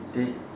they